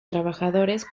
trabajadores